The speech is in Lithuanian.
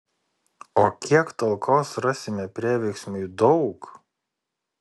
o kiek talkos rasime prieveiksmiui daug